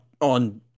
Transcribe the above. on